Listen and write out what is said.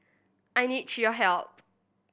I need your help